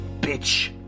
bitch